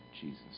Jesus